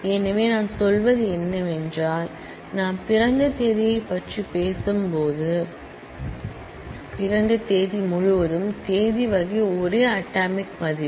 எனவே நான் சொல்வது என்னவென்றால் நாம் பிறந்த தேதியைப் பற்றி பேசும்போது பிறந்த தேதி முழுவதும் தேதி வகை ஒரு அட்டாமிக் மதிப்பு